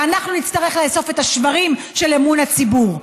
ואנחנו נצטרך לאסוף את השברים של אמון הציבור.